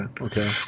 okay